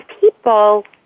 people